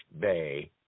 bay